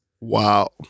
Wow